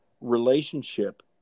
relationship